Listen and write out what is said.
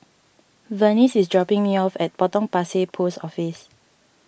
Vernice is dropping me off at Potong Pasir Post Office